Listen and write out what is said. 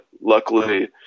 luckily